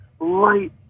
light